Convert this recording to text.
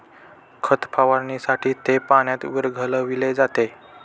खत फवारणीसाठी ते पाण्यात विरघळविले जाते